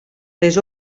les